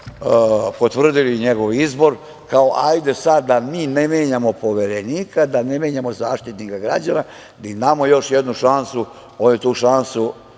potvrdili njegov izbor, kao hajde sad da mi ne menjamo Poverenika, da ne menjamo Zaštitnika građana, da im damo još jednu šansu. Oni tu šansu